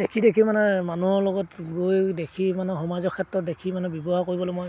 দেখি দেখি মানে মানুহৰ লগত গৈ দেখি মানে সমাজৰ ক্ষেত্ৰত দেখি মানে ব্যৱহাৰ কৰিবলৈ মই